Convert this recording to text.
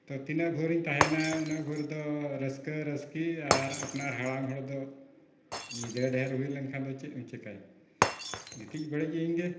ᱛᱚ ᱛᱤᱱᱟᱹᱜ ᱵᱷᱳᱨᱤᱧ ᱛᱟᱦᱮᱱᱟ ᱩᱱᱟᱹᱜ ᱵᱷᱳᱨ ᱫᱚ ᱨᱟᱹᱥᱠᱟᱹ ᱨᱟᱹᱥᱠᱤ ᱟᱨ ᱟᱯᱱᱟᱨ ᱦᱟᱲᱟᱢ ᱦᱚᱲ ᱫᱚ ᱧᱤᱫᱟᱹ ᱰᱷᱮᱨ ᱦᱩᱭ ᱞᱮᱱ ᱠᱷᱟᱱ ᱫᱚ ᱪᱮᱫ ᱮᱢ ᱪᱤᱠᱟᱹᱭᱟ ᱜᱤᱛᱤᱡ ᱵᱟᱲᱤᱡ ᱤᱧ ᱜᱮ